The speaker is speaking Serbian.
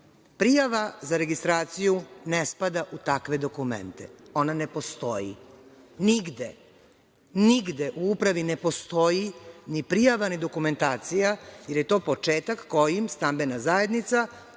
za registraciju ne spada u takve dokumente. Ona ne postoji nigde,. Nigde u upravi ne postoji ni prijava, ni dokumentacija, jer je to početak kojim stambena zajednica, koja